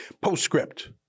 Postscript